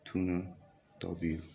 ꯊꯨꯅ ꯇꯧꯕꯤꯌꯨ